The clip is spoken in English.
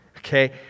Okay